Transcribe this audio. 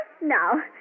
Now